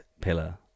pillar